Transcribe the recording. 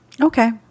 Okay